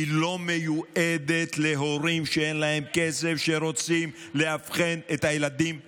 היא לא מיועדת להורים שאין להם כסף שרוצים לאבחן את הילדים שלהם.